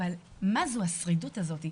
אבל מה זו השרידות הזאת,